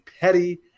petty